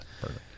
Perfect